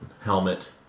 Helmet